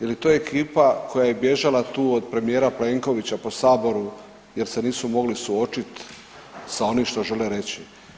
Je li to ekipa koja je bježala tu od premijera Plenkovića po Saboru jer se nisu mogli suočiti sa onim što žele reći?